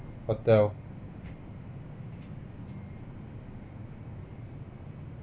hotel